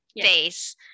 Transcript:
face